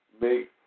make